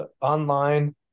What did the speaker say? online